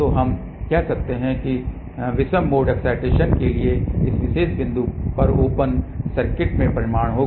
तो हम कह सकते हैं कि यह विषम मोड एक्साईटेशन के लिए इस विशेष बिंदु पर ओपन सर्किट में परिणाम होगा